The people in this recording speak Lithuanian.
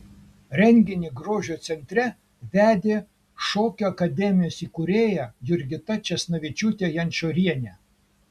renginį grožio centre vedė šokių akademijos įkūrėja jurgita česnavičiūtė jančorienė